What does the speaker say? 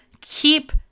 keep